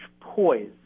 poise